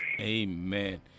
Amen